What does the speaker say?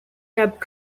cab